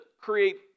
create